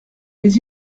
mais